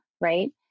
right